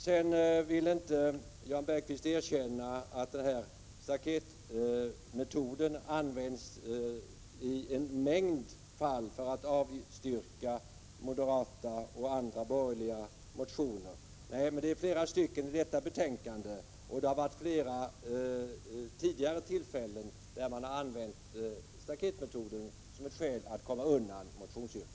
Jan Bergqvist ville inte erkänna att staketmetoden använts i en mängd fall för att avstyrka moderata och andra borgerliga motioner. Men det är flera stycken i detta betänkande som har fått den behandlingen, och vid flera tidigare tillfällen har man använt staketmetoden som ett sätt att komma undan motionsyrkanden.